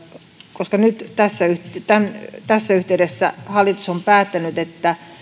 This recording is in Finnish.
koska nyt tässä yhteydessä hallitus on päättänyt että